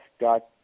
got